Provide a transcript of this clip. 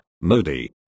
Modi